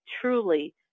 Truly